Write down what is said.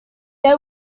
they